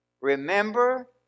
Remember